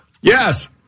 Yes